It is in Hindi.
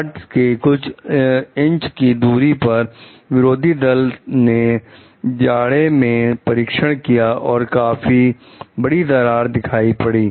कार्ड से कुछ इंच की दूरी पर विरोधी सदस्य ने जाड़े में परीक्षण किया और काफी बड़ी दरारें दिखाई पड़े